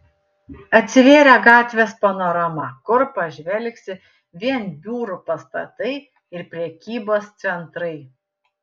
atsivėrė gatvės panorama kur pažvelgsi vien biurų pastatai ir prekybos centrai